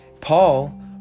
Paul